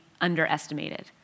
underestimated